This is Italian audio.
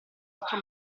altro